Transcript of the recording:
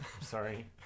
Sorry